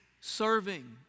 Serving